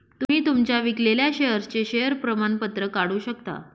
तुम्ही तुमच्या विकलेल्या शेअर्सचे शेअर प्रमाणपत्र काढू शकता